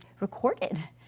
recorded